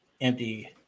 empty